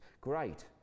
Great